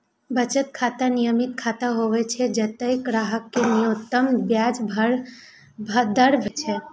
बचत खाता नियमित खाता होइ छै, जतय ग्राहक कें न्यूनतम ब्याज दर भेटै छै